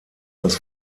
das